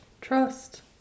trust